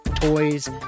toys